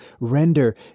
render